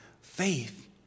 faith